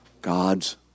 God's